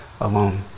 alone